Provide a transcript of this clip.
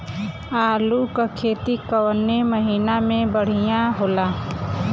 आलू क खेती कवने महीना में बढ़ियां होला?